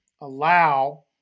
allow